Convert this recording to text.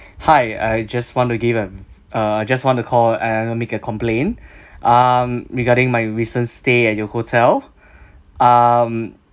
hi I just want to give a uh I just want to call and make a complaint um regarding my recent stay at your hotel um